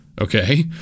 Okay